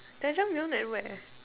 jajameyon at where